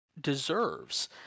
deserves